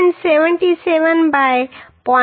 77 by 0